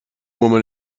woman